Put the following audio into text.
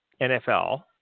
nfl